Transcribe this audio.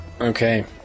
Okay